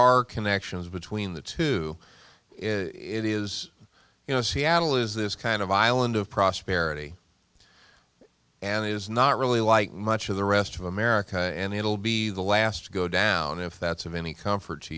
are connections between the two it is you know seattle is this kind of island of prosperity and it is not really like much of the rest of america and it'll be the last to go down if that's of any comfort to